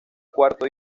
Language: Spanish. cuarto